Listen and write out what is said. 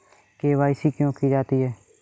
KYC क्यों की जाती है?